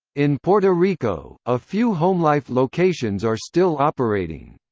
in puerto rico, a few homelife locations are still operating.